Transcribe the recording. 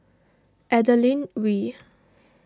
Adeline Ooi